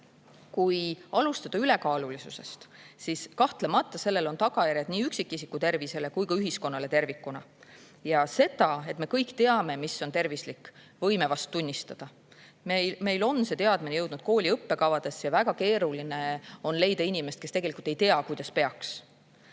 Kui alustada ülekaalulisusest, siis kahtlemata sellel on tagajärjed nii üksikisiku tervisele kui ka ühiskonnale tervikuna. Ja seda, et me kõik teame, mis on tervislik, võime vast tunnistada. Meil on see teadmine jõudnud kooli õppekavadesse ja väga keeruline on leida inimest, kes tegelikult ei tea, kuidas peaks.